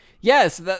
Yes